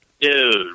Dude